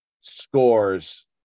scores